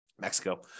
Mexico